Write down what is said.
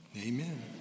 amen